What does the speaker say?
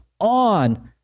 on